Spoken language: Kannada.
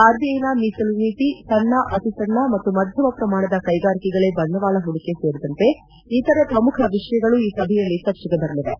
ಆರ್ಜಿಐನ ಮೀಸಲು ನೀತಿ ಸಣ್ಣ ಅತಿಸಣ್ಣ ಮತ್ತು ಮಧ್ಯಮ ಪ್ರಮಾಣದ ಕ್ರೆಗಾರಿಕೆಗಳಿಗೆ ಬಂಡವಾಳ ಹೂಡಿಕೆ ಸೇರಿದಂತೆ ಇತರೆ ಪ್ರಮುಖ ವಿಷಯಗಳು ಈ ಸಭೆಯಲ್ಲಿ ಚರ್ಚೆಗೆ ಬರಲಿವೆ